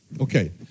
Okay